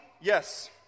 Yes